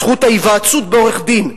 זכות ההיוועצות בעורך-דין,